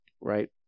right